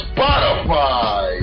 Spotify